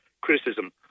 criticism